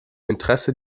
interesse